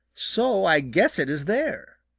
so i guess it is there.